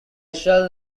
shall